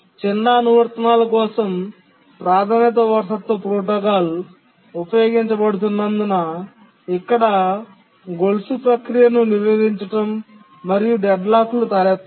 చిన్న అనువర్తనాల కోసం ప్రాధాన్యత వారసత్వ ప్రోటోకాల్ ఉపయోగించబడుతున్నందున ఇక్కడ గొలుసు ప్రక్రియను నిరోధించడం మరియు డెడ్లాక్లు తలెత్తవు